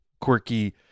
quirky